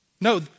No